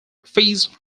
fees